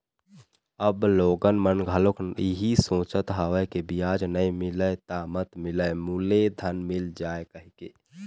अब लोगन मन घलोक इहीं सोचत हवय के बियाज नइ मिलय त मत मिलय मूलेधन मिल जाय कहिके